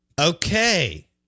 Okay